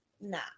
No